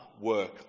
work